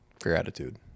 Gratitude